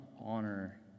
honor